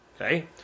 okay